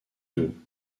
doux